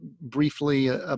briefly